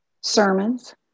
sermons